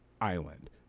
island